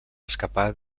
escapar